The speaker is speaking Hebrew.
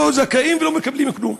לא זכאים ולא מקבלים כלום.